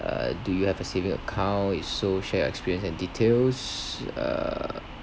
err do you have a saving account if so share your experience and details err